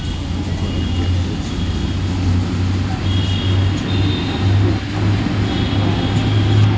daffodil के फूल शीत ऋतु के अंत मे फुलाय छै, तें एकरा वसंतक दूत कहल जाइ छै